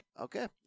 Okay